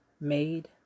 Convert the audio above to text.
made